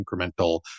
incremental